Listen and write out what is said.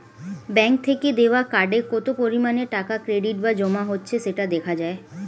bank থেকে দেওয়া কার্ডে কত পরিমাণে টাকা ক্রেডিট বা জমা হচ্ছে সেটা দেখা যায়